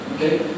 Okay